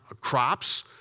crops